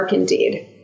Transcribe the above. Indeed